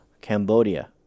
Cambodia